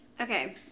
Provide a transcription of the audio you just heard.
Okay